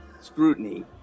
scrutiny